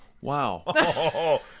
Wow